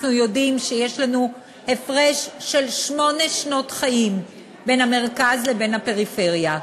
אנחנו יודעים שיש לנו הפרש של שמונה שנות חיים בין המרכז לבין הפריפריה,